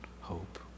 hope